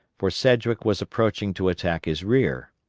for sedgwick was approaching to attack his rear.